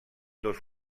dos